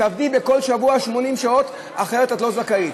תעבדי כל שבוע 80 שעות, אחרת את לא זכאית.